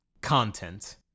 content